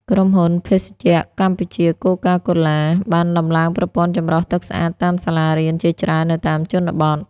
ក្រុមហ៊ុន ភេសជ្ជៈកម្ពុជា កូកាកូឡា (Coca-Cola) បានដំឡើងប្រព័ន្ធចម្រោះទឹកស្អាតតាមសាលារៀនជាច្រើននៅតាមជនបទ។